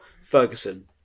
Ferguson